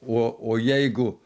o o jeigu